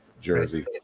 jersey